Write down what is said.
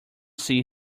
see